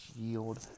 yield